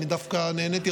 אני דווקא נהניתי,